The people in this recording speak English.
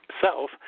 self